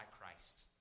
Christ